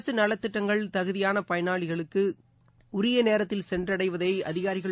அரசுநலத்திட்டங்கள் தகுதியானபயனாளிகளுக்குஉரியநேரத்தில் சென்றடைவதைஅதிகாரிகள்